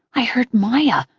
i heard maya,